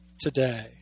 today